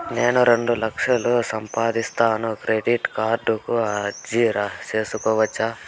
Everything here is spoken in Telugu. నేను రెండు లక్షలు సంపాదిస్తాను, క్రెడిట్ కార్డుకు అర్జీ సేసుకోవచ్చా?